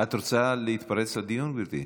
את רוצה להתפרץ לדיון, גברתי?